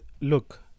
look